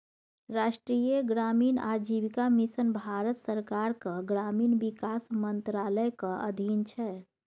राष्ट्रीय ग्रामीण आजीविका मिशन भारत सरकारक ग्रामीण विकास मंत्रालयक अधीन छै